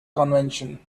convention